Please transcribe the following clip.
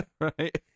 right